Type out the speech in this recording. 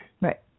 Right